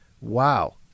wow